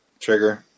trigger